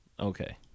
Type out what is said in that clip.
Okay